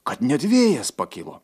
kad net vėjas pakilo